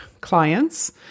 clients